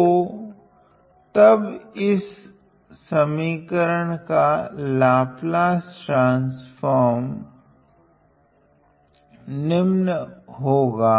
तो तब इस समीकरण का लाप्लास निम्न होगा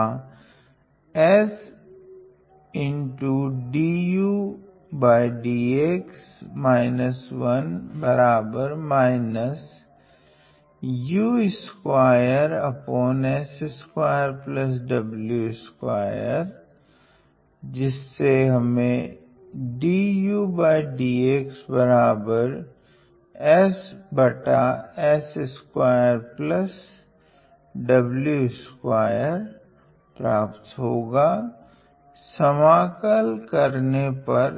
समाकल करने पर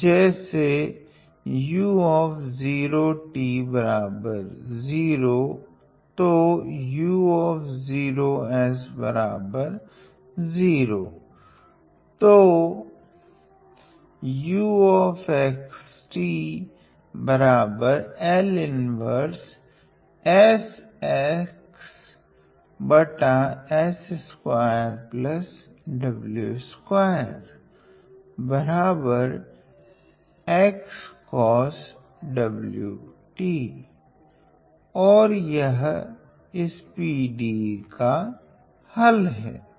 जैसे u0 t0 तो u0 s0 तो ओर यह इस PDE का हल है